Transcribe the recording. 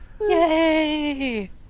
Yay